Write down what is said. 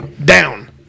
Down